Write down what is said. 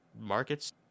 markets